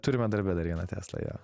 turime darbe dar viena tesla yra